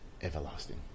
everlasting